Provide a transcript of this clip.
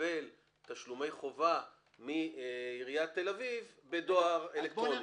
לקבל תשלומי חובה מעירית תל אביב בדואר אלקטרוני.